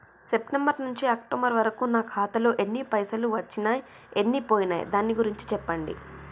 September నుంచి October వరకు నా ఖాతాలో ఎన్ని పైసలు వచ్చినయ్ ఎన్ని పోయినయ్ దాని గురించి చెప్పండి?